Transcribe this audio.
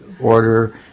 order